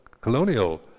colonial